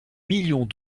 millions